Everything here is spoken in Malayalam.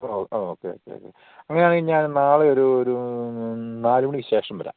ആ ഓക്കേ ഓക്കേ ഓക്കെ അങ്ങനെയാണെങ്കിൽ ഞാൻ നാളെ ഒരു ഒരു നാലു മണിക്ക് ശേഷം വരാം